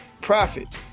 profit